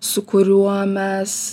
su kuriuo mes